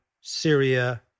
Syria